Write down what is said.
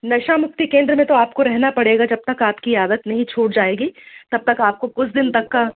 नशा मुक्ति केंद्र में तो आपको रहना पड़ेगा जब तक आपकी आदत नहीं छूट जाएगी तब तक आपको कुछ दिन तक का